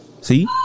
See